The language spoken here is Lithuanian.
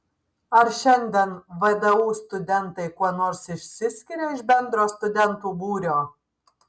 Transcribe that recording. ar šiandien vdu studentai kuo nors išsiskiria iš bendro studentų būrio